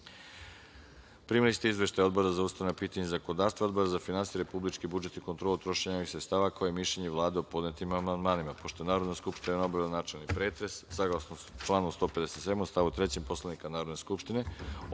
primili ste izveštaje Odbora za ustavna pitanja i zakonodavstvo i Odbora za finansije, republički budžet i kontrolu trošenja javnih sredstava, kao i mišljenje Vlade o podnetim amandmanima. Pošto je Narodna skupština obavila načelni pretres, saglasno članu 157. stav 3. Poslovnika Narodne skupštine,